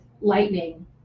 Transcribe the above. lightning